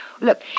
Look